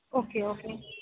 okay okay